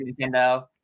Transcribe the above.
Nintendo